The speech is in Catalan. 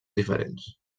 diferents